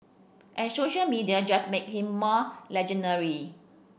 and social media just make him more legendary